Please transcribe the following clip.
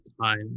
time